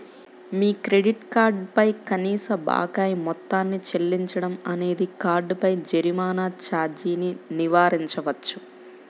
మీ credit card పై కనీస బకాయి మొత్తాన్ని చెల్లించడం అనేది కార్డుపై జరిమానా ఛార్జీని నివారించవచ్చు